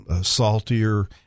saltier